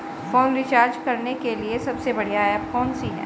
Phone recharge करने के लिए सबसे बढ़िया ऐप कौन सी है?